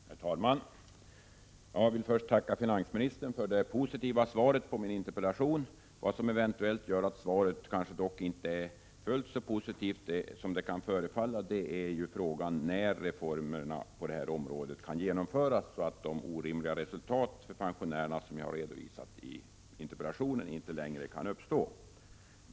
Herr talman! Jag vill första tacka finansministern för det positiva svaret på min interpellation. Vad som eventuellt gör att svaret kanske inte är fullt så positivt som det först kan förefalla är frågan om när reformerna av pensionärernas beskattning kan genomföras så att de orimliga resultat, som jag redovisat i interpellationen, inte längre kan uppstå.